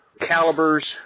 calibers